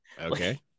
Okay